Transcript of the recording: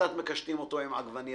קצת מקשטים אותו עם עגבניות.